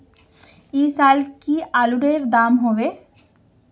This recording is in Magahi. ऐ साल की आलूर र दाम होबे?